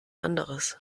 anderes